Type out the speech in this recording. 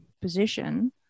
position